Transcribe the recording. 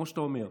כמו שאתה אומר,